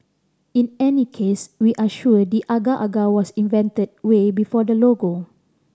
in any case we are sure the agar agar was invented way before the logo